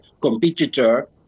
competitor